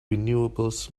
renewables